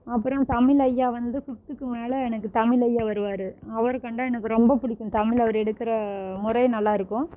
அப்புறம் தமிழ் ஐயா வந்து ஃபிஃப்த்துக்கு மேலே எனக்கு தமிழ் ஐயா வருவார் அவரை கண்டால் எனக்கு ரொம்ப பிடிக்கும் தமிழ் அவர் எடுக்கிற முறை நல்லா இருக்கும்